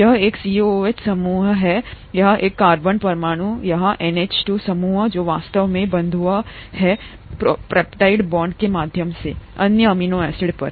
यह एक COOH समूह है यहाँ इस कार्बन परमाणुयहां NH2समूह जो वास्तव में बंधुआ है पेप्टाइड बांड के माध्यम से अन्य अमीनो एसिड पर